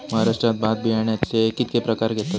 महाराष्ट्रात भात बियाण्याचे कीतके प्रकार घेतत?